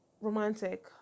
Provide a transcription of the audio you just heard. romantic